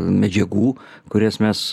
medžiagų kurias mes